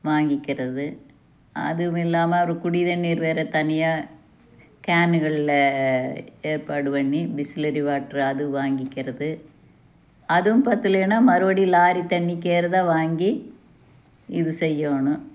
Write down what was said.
வாங்கிக்கிறது அதுவும் இல்லாமல் குடி தண்ணி வேற தனியாக கேனுகளில் ஏற்பாடு பண்ணி பிஸ்லெரி வாட்ரு அது வாங்கிக்கிறது அதுவும் பற்றலேனா மறுபடி லாரி தண்ணிக்கேன் தான் வாங்கி இது செய்யணும்